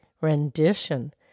Rendition